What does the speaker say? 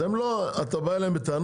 אז הם לא, אתה בא אליהם בטענות?